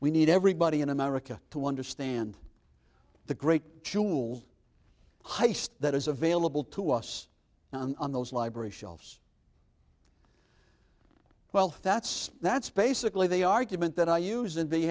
we need everybody in america to understand the great jewel heist that is available to us on those library shelves well that's that's basically they argument that i use